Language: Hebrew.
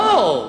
לא,